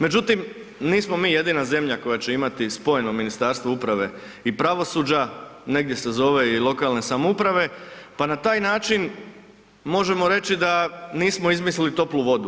Međutim, nismo mi jedina zemlja koja će imati spojeno Ministarstvo uprave i pravosuđa, negdje se zove i lokalne samouprave, pa na taj način možemo reći da nismo izmislili toplu vodu.